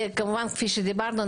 כמובן כפי שדיברנו,